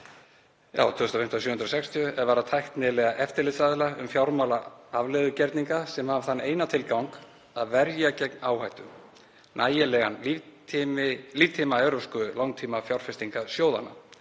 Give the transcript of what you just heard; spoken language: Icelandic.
að því er varðar tæknilega eftirlitsstaðla um fjármálaafleiðugerninga sem hafa þann eina tilgang að verja gegn áhættu, nægilegan líftíma evrópsku langtímafjárfestingasjóðanna,